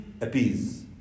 appease